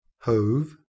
hove